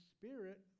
Spirit